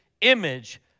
image